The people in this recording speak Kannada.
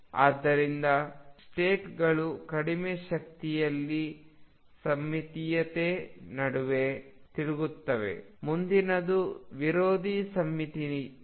ಆದ್ದರಿಂದ ಸ್ಟೇಟ್ಗಳು ಕಡಿಮೆ ಶಕ್ತಿಯಲ್ಲಿ ಸಮ್ಮಿತೀಯತೆ ನಡುವೆ ತಿರುಗುತ್ತವೆ ಮುಂದಿನದು ವಿರೋಧಿ ಸಮ್ಮಿತೀಯವಾಗಿರುತ್ತದೆ